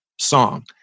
song